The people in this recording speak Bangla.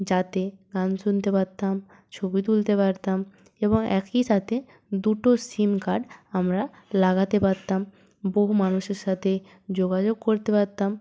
যাতে গান শুনতে পারতাম ছবি তুলতে পারতাম এবং একই সাথে দুটো সিম কার্ড আমরা লাগাতে পারতাম বহু মানুষের সাথে যোগাযোগ করতে পারতাম